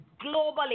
globally